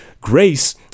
Grace